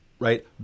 right